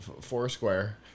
Foursquare